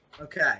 Okay